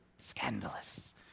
Scandalous